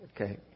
Okay